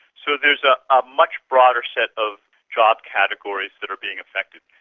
so there's a ah much broader set of job categories that are being affected.